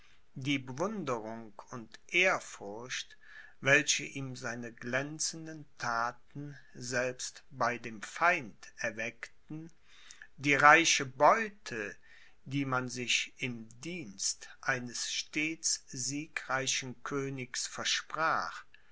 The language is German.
die bewunderung und ehrfurcht welche ihm seine glänzenden thaten selbst bei dem feind erweckten die reiche beute die man sich im dienst eines stets siegreichen königs versprach